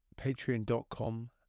patreon.com